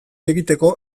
egiteko